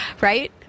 right